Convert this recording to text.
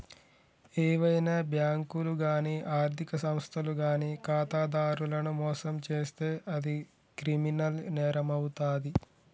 ఏవైనా బ్యేంకులు గానీ ఆర్ధిక సంస్థలు గానీ ఖాతాదారులను మోసం చేత్తే అది క్రిమినల్ నేరమవుతాది